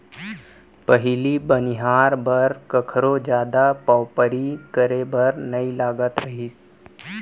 पहिली बनिहार बर कखरो जादा पवपरी करे बर नइ लागत रहिस